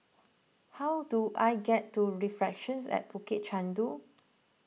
how do I get to Reflections at Bukit Chandu